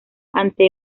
antes